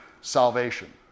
salvation